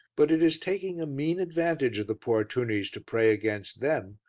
but it is taking a mean advantage of the poor tunnies to pray against them,